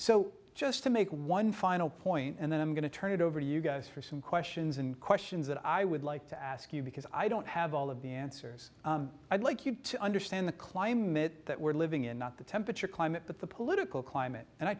so just to make one final point and then i'm going to turn it over to you guys for some questions and questions that i would like to ask you because i don't have all of the answers i'd like you to understand the climate that we're living in not the temperature climate but the political climate and i